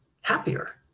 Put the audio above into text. happier